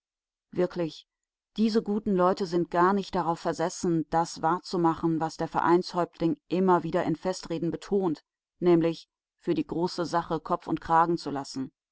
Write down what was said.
wirklich diese guten leute sind gar nicht darauf versessen das wahrzumachen was der vereinshäuptling immer wieder in festreden betont nämlich für die große sache kopf und kragen zu lassen